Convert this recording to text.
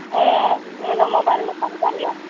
ᱦᱮᱸ ᱱᱤᱭᱟᱹ ᱫᱚ ᱢᱳᱵᱟᱭᱤᱞ ᱫᱚᱠᱟᱱ ᱠᱟᱱ ᱜᱮᱭᱟ